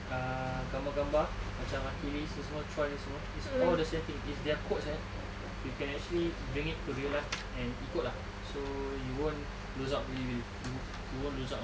ah gambar-gambar macam achilles ni semua troy ni semua it's all the same thing it's their quotes eh you can actually bring it to real life and ikut lah so you won't lose out really you you won't lose out [one] lah